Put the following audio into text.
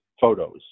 photos